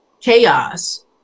chaos